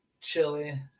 chili